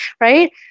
right